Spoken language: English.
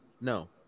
No